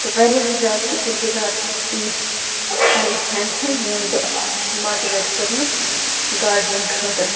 تہٕ واریاہ زیادٕ شُکُر گُزار چھَس بہٕ تٔمِس پنٛنہِ فرٮ۪نٛڈِ ہٕنٛز ییٚمۍ بہٕ ماٹٕویٹ کٔرنَس گاڈنِنٛگ خٲطرٕ